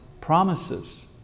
promises